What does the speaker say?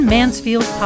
Mansfield